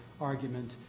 argument